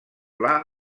pla